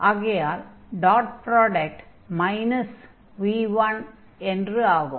ஆகையால் dot product 'minus' v1 என்று ஆகும்